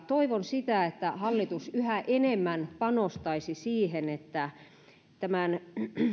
toivon sitä että hallitus yhä enemmän panostaisi siihen että tämän